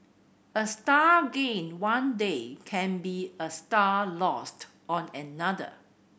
a star gained one day can be a star lost on another